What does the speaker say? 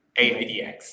AIDX